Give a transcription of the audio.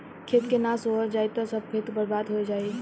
खेत के ना सोहल जाई त सब खेत बर्बादे हो जाई